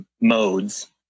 modes